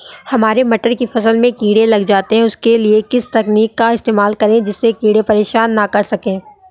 हरे मटर की फसल में कीड़े लग जाते हैं उसके लिए किस तकनीक का इस्तेमाल करें जिससे कीड़े परेशान ना कर सके?